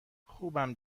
خوبم